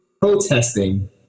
Protesting